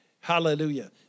hallelujah